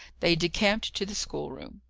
they decamped to the schoolroom.